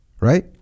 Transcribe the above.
right